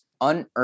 unearned